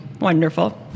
wonderful